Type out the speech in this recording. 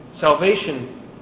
Salvation